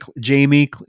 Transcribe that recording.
Jamie